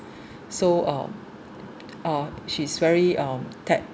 so uh uh she is very um